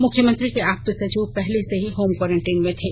मुख्यमंत्री के आप्त सचिव पहले से ही होम कोरेंटीन में थे